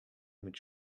mit